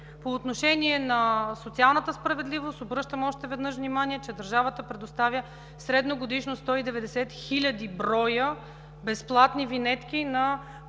По отношение на социалната справедливост – обръщам още веднъж внимание, че държавата предоставя средногодишно 190 хил. броя безплатни винетки по